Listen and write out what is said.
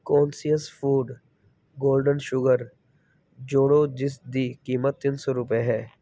conscious food golden sugar ਜੋੜੋ ਜਿਸ ਦੀ ਕੀਮਤ ਤਿੰਨ ਸੌ ਰੁਪਏ ਹੈ